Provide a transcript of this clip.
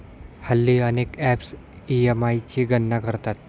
हल्ली अनेक apps EMI ची गणना करतात